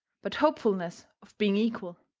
but hopefulness of being equal.